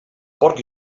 porc